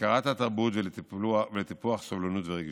להכרת התרבות ולטיפוח סובלנות ורגישות.